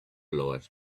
lord